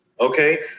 okay